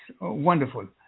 wonderful